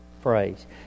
phrase